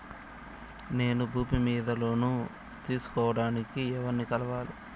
నేను భూమి మీద లోను తీసుకోడానికి ఎవర్ని కలవాలి?